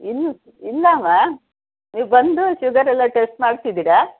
ಇಲ್ಲ ಇಲ್ಲಮ್ಮ ನೀವು ಬಂದು ಶುಗರೆಲ್ಲ ಟೆಸ್ಟ್ ಮಾಡ್ಸಿದ್ದೀರಾ